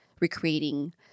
recreating